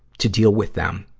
to deal with them,